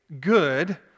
good